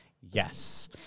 Yes